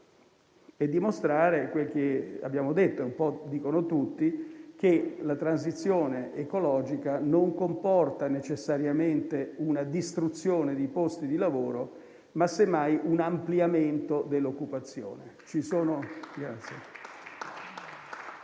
e dimostrando quel che abbiamo detto e che dicono un po' tutti, ossia che la transizione ecologica comporta non necessariamente una distruzione di posti di lavoro, ma - semmai - un ampliamento dell'occupazione.